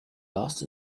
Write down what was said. last